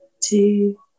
two